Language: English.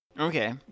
Okay